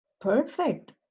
perfect